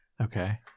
Okay